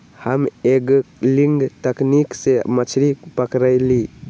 हम एंगलिंग तकनिक से मछरी पकरईली